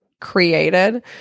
created